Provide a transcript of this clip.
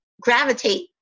gravitate